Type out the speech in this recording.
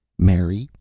mary,